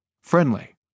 friendly